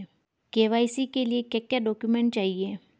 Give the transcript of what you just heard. KYC के लिए क्या क्या डॉक्यूमेंट चाहिए?